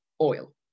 oil